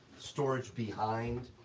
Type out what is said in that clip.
storage behind,